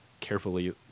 carefully